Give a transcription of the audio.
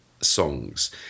songs